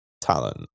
talent